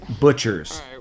Butchers